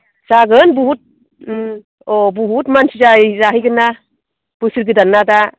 जागोन बहुद अ बहुद मानसि जायो जाहैगोनना बोसोर गोदान ना दा